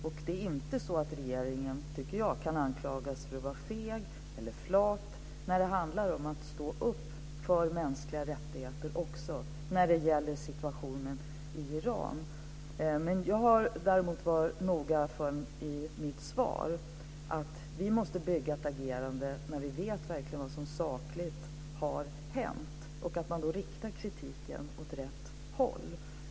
Jag tycker inte att regeringen kan anklagas för att vara feg eller flat när det handlar om att stå upp för mänskliga rättigheter också när det gäller situationen i Iran. Jag har däremot varit noga i mitt svar med att vi måste bygga upp ett agerande när vi verkligen vet vad som sakligt har hänt, och då ska man rikta kritiken åt rätt håll.